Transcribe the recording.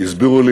הסבירו לי